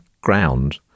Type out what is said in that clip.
ground